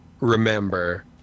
remember